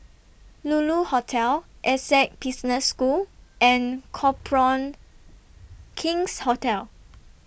Lulu Hotel Essec Business School and Copthorne King's Hotel